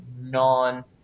non